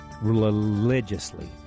religiously